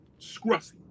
scruffy